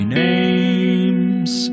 names